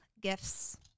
gifts